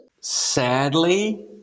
sadly